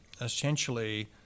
essentially